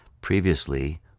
previously